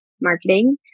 marketing